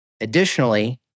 Additionally